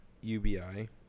UBI